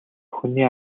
хүний